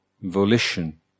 volition